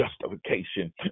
justification